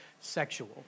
sexual